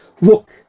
Look